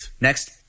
Next